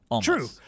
True